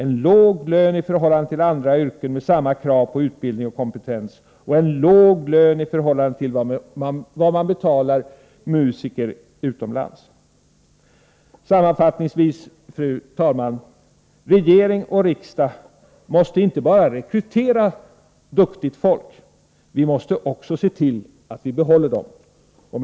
En låg lön i förhållande till andra yrken med samma krav på utbildning och kompetens och i förhållande till vad man betalar; musiker utomlands! Fru talman! Sammanfattningsvis: Regering och riksdag måste inte bara rekrytera duktigt folk, utan vi måste också se till att: vi behåller dem vi anställt.